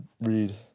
read